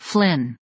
Flynn